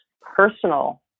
personal